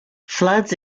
floods